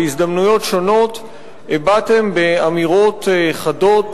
בהזדמנויות שונות הבעתם באמירות חדות,